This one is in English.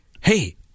Hey